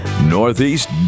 Northeast